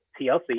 TLC